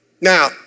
Now